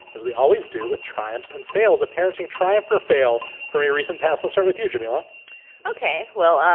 as we always do with triumphs and fails, a parenting triumph or fail for a recent past. i'll start with you, jamila ok. well,